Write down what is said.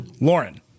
Lauren